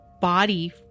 body